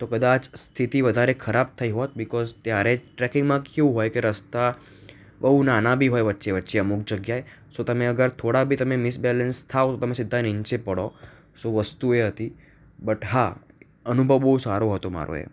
તો કદાચ સ્થિતિ વધારે ખરાબ થઈ હોત બીકોઝ ત્યારે ટ્રેકિંગમાં કેવું હોય કે રસ્તા બહુ નાના બી હોય વચ્ચે વચ્ચે અમુક જગ્યાએ સો તમે અગર થોડાં બી તમે મિસબેલેન્સ થાઓ તમે સીધા નીચે પડો સો વસ્તુ એ હતી બટ હા અનુભવ બહુ સારો હતો મારો એમ